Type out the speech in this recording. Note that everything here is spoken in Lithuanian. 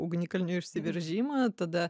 ugnikalnio išsiveržimą tada